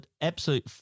absolute